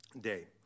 Day